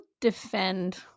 defend